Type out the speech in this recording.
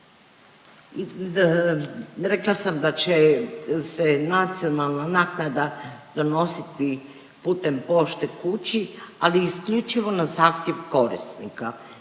Rekla sam da će se nacionalna naknada donositi putem pošte kući, ali isključivo na zahtjev korisnika.